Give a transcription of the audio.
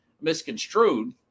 misconstrued